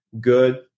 good